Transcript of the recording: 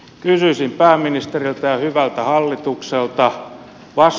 kysyisin pääministeriltä ja hyvältä hallitukselta